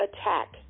attack